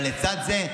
לצד זה,